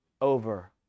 over